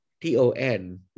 T-O-N